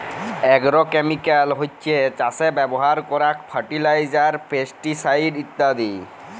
agrochemical হছ্যে চাসে ব্যবহার করারক ফার্টিলাইজার, পেস্টিসাইড ইত্যাদি